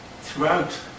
throughout